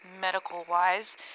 medical-wise